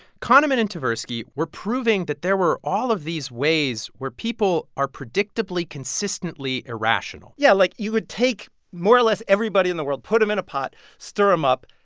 kahneman and tversky were proving that there were all of these ways where people are predictably, consistently irrational yeah. like, you would take more or less everybody in the world, put them in a pot, stir them up,